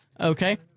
Okay